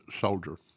soldier